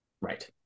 Right